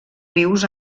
rius